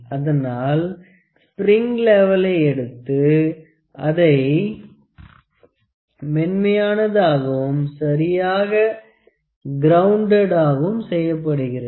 அதனால் ஸ்பிரிட் லெவளை எடுத்து அதை மென்மையானதாகவும் சரியாக கிரௌண்டட் செய்யப்படுகிறது